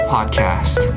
Podcast